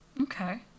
Okay